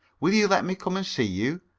will you let me come and see you?